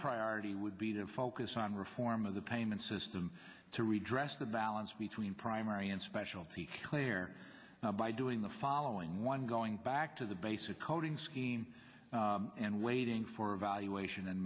priority would be to focus on reform of the payment system to redress the balance between primary and specialty clear by doing the following one going back to the basic coding scheme and waiting for evaluation and